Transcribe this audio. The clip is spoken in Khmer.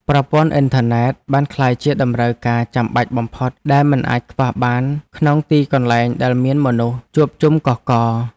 ប្រព័ន្ធអ៊ីនធឺណិតបានក្លាយជាតម្រូវការចាំបាច់បំផុតដែលមិនអាចខ្វះបានក្នុងទីកន្លែងដែលមានមនុស្សជួបជុំកុះករ។